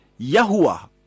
Yahuwah